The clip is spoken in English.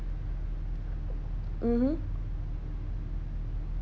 mmhmm